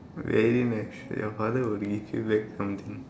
really meh your father will give you back something